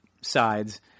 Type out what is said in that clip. sides